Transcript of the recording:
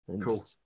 Cool